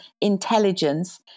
intelligence